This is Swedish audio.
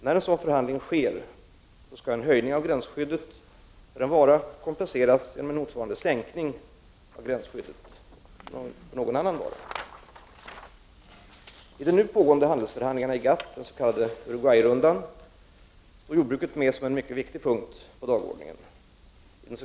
När en sådan förhandling sker skall en höjning av gränsskyddet för en vara kompenseras genom en motsvarande sänkning av gränsskyddet för en annan vara. I de nu pågående handelsförhandlingarna i GATT, den s.k. Uruguayrundan, står jordbruket med som en mycket viktig punkt på dagordningen.